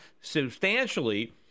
substantially